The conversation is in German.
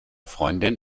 freundin